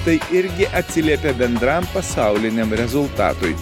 tai irgi atsiliepė bendram pasauliniam rezultatui